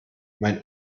mein